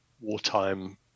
wartime